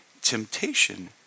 Temptation